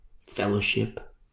fellowship